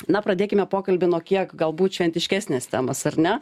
na pradėkime pokalbį nuo kiek galbūt šventiškesnės temos ar ne